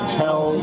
tell